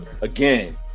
again